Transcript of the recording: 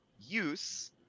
use